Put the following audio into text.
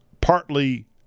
partly